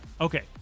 Okay